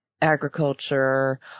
agriculture